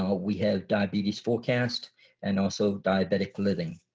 ah we have diabetes forecasts and also diabetics living.